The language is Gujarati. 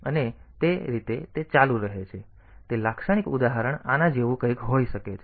તેથી તે લાક્ષણિક ઉદાહરણ આના જેવું હોઈ શકે છે